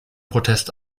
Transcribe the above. protest